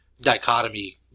dichotomy